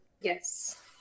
Yes